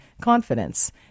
confidence